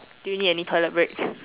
do you need any toilet break